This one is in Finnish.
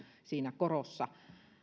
siinä korossa